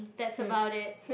that's about it